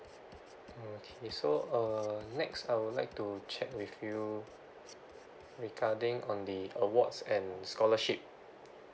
okay so uh next I would like to check with you regarding on the awards and scholarship